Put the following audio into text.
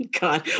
God